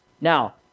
Now